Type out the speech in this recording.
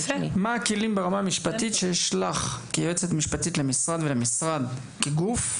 מה הכלים ברמה המשפטית שיש לך כיועצת משפטית למשרד ולמשרד כגוף,